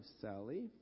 Sally